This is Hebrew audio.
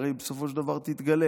הרי בסופו של דבר היא תתגלה.